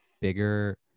bigger